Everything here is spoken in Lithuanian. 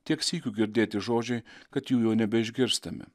tiek sykių girdėti žodžiai kad jų jau nebeišgirstame